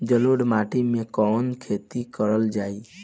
जलोढ़ माटी में कवन खेती करल जाई?